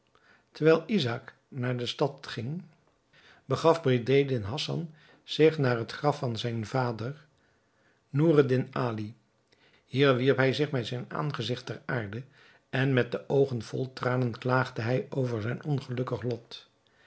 terwijl izaäk naar de stad ging begaf bedreddin hassan zich naar het graf van zijn vader noureddin ali hier wierp hij zich met zijn aangezigt ter aarde en met de oogen vol tranen klaagde hij over zijn ongelukkig lot